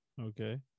okay